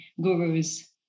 gurus